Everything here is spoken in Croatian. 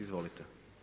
Izvolite.